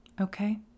Okay